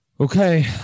Okay